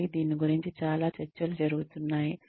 మళ్ళీ దీని గురించి చాలా చర్చలు జరుగుతున్నాయి